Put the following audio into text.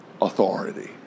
authority